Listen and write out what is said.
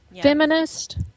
feminist